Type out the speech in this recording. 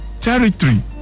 territory